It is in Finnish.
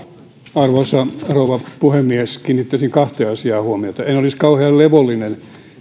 arvoisa rouva puhemies kiinnittäisin kahteen asiaan huomiota en olisi kauhean levollinen